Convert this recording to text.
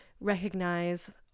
recognize